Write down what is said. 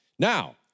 Now